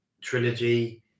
trilogy